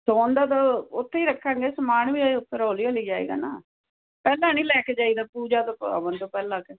ਸੋਣ ਦਾ ਤਾਂ ਉੱਥੇ ਹੀ ਰੱਖਾਂਗੇ ਸਮਾਨ ਵੀ ਅਸੀਂ ਉੱਪਰ ਹੌਲੀ ਹੌਲੀ ਜਾਵੇਗਾ ਨਾ ਪਹਿਲਾਂ ਨਹੀਂ ਲੈ ਕੇ ਜਾਈ ਦਾ ਪੂਜਾ ਤੋਂ ਹਵਨ ਤੋਂ ਪਹਿਲਾਂ